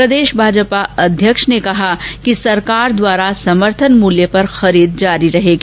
प्रदेश भाजपा अध्यक्ष ने कहा कि सरकार द्वारा समर्थन मूल्य पर खरीद जारी रहेगी